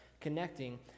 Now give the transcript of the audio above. connecting